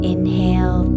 Inhale